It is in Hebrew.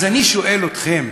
אז אני שואל אתכם: